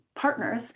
partners